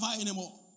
anymore